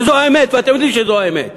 וזו האמת, ואתם יודעים שזו האמת.